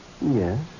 Yes